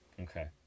Okay